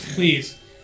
Please